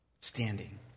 standing